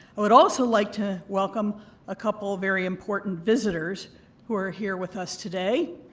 would also like to welcome a couple very important visitors who are here with us today,